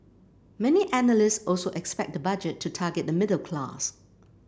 many analysts also expect the budget to target the middle class